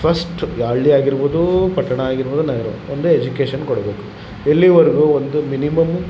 first ಯಾವ ಹಳ್ಳಿ ಆಗಿರ್ಬೋದು ಪಟ್ಟಣ ಆಗಿರ್ಬೋದು ನಗರ ಒಂದೇ ಎಜುಕೇಷನ್ ಕೊಡಬೇಕು ಎಲ್ಲಿವರೆಗು ಒಂದು ಮಿನಿಮಮ್